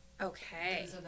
Okay